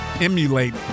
emulate